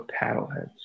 Paddleheads